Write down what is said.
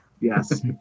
Yes